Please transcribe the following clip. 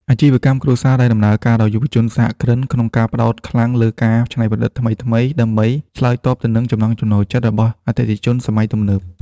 អាជីវកម្មគ្រួសារដែលដំណើរការដោយយុវជនសហគ្រិន កំពុងផ្ដោតខ្លាំងលើការច្នៃប្រឌិតថ្មីៗ ដើម្បីឆ្លើយតបទៅនឹងចំណង់ចំណូលចិត្តរបស់អតិថិជនសម័យទំនើប។